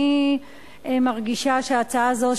אני מרגישה שהצעה זו,